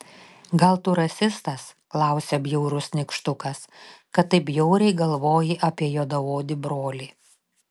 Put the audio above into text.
gal tu rasistas klausia bjaurus nykštukas kad taip bjauriai galvoji apie juodaodį brolį